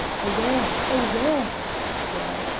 awa'! awa'! he cried,